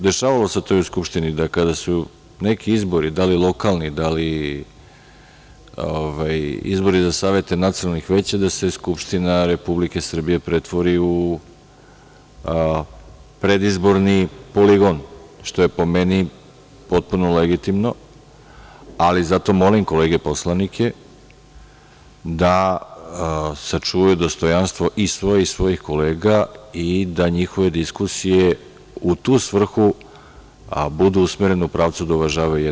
Dešavalo se to u Skupštini da kada su neki izbori, da li lokalni, izbori za savete nacionalnih veća, da se Skupština Republike Srbije pretvori u predizborni poligon, što je po meni potpuno legitimno, ali zato molim kolege poslanike da sačuvaju dostojanstvo svoje i svojih kolega i da njihove diskusije u tu svrhu budu usmerene u pravcu uvažavanja.